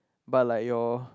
but like your